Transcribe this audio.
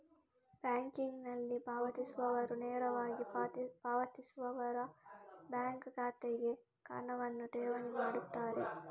ಬ್ಯಾಂಕಿಂಗಿನಲ್ಲಿ ಪಾವತಿಸುವವರು ನೇರವಾಗಿ ಪಾವತಿಸುವವರ ಬ್ಯಾಂಕ್ ಖಾತೆಗೆ ಹಣವನ್ನು ಠೇವಣಿ ಮಾಡುತ್ತಾರೆ